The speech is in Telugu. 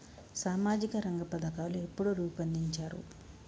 సామాజిక రంగ పథకాలు ఎప్పుడు రూపొందించారు?